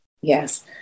Yes